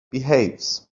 behaves